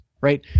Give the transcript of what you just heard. Right